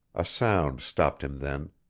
a sound stopped him then,